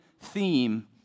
theme